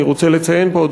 אני רוצה לציין פה,